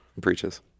preaches